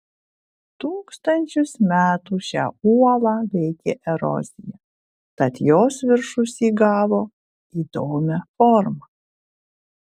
tūkstančius metų šią uolą veikė erozija tad jos viršus įgavo įdomią formą